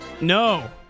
No